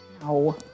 No